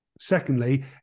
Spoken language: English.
Secondly